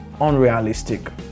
unrealistic